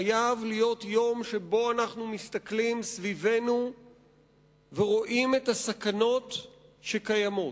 חייב להיות יום שבו אנחנו מסתכלים סביבנו ורואים את הסכנות שקיימות.